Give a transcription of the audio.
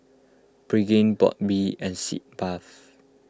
Pregain Burt Bee and Sitz Bath